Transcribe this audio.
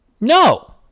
No